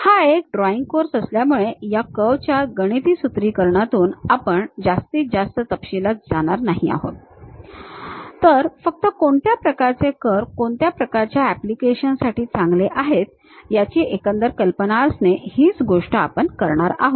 हा एक drawing course असल्यामुळे या कर्व च्या गणिती सूत्रीकरणात आपण जास्त तपशीलात जाणार नाही आहोत तर फक्त कोणत्या प्रकारचे कर्व कोणत्या प्रकारच्या ऍप्लिकेशन साठी चांगले आहेत याची एकंदर कल्पना असणे हीच गोष्ट आपण करणार आहोत